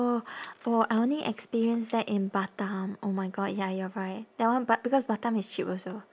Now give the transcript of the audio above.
oh oh I only experience that in batam oh my god ya you're right that one but because batam is cheap also